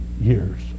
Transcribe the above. years